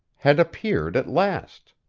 had appeared at last.